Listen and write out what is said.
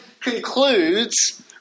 concludes